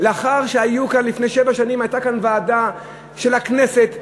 לפני שבע שנים הייתה כאן ועדה של הכנסת,